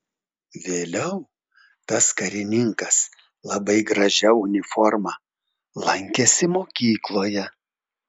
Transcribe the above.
vėliau tas karininkas labai gražia uniforma lankėsi mokykloje